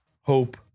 hope